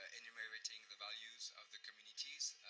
ah enumerating the values of the communities.